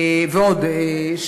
ועוד.